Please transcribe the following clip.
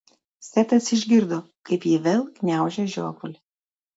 setas išgirdo kaip ji vėl gniaužia žiovulį